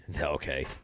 okay